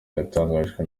yatangajwe